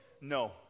no